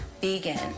vegan